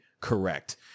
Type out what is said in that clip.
correct